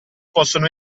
possono